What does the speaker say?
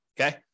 Okay